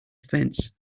fence